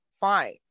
Fine